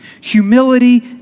Humility